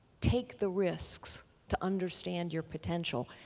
take the risks to understand your potential.